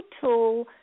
tool